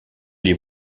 les